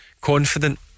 confident